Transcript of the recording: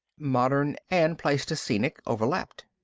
modern and pleistocenic, overlapped.